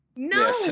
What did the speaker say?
No